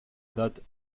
date